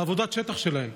בעבודת השטח שלהם,